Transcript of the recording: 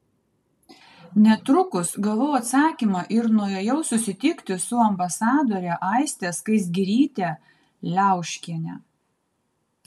netrukus gavau atsakymą ir nuėjau susitikti su ambasadore aiste skaisgiryte liauškiene